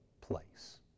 place